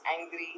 angry